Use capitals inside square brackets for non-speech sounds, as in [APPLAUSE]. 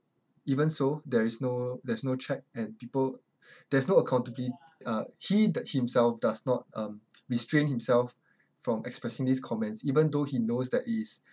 even so there is no there is no check and people [BREATH] there is no accountabili~ uh he d~ himself does not um restrain himself from expressing these comments even though he knows that it is